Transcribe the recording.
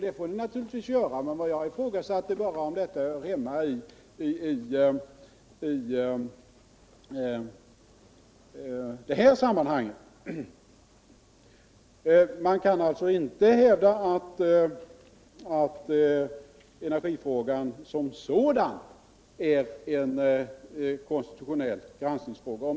Det får ni naturligtvis göra, men jag ifrågasatte om den kritiken hör hemma i det här sammanhanget. Man kan alltså inte hävda att energifrågan som sådan är en konstitutionell granskningsfråga.